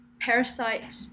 Parasite